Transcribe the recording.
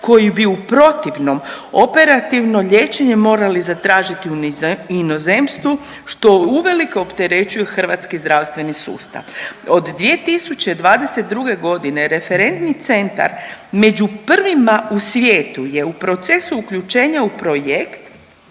koji bi u protivnom operativno liječenje morali zatražiti u inozemstvu što uvelike opterećuje hrvatski zdravstveni sustav. Od 2022. godine referentni centar među prvima u svijetu je u procesu uključenja u projekt